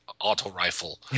auto-rifle